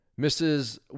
Mrs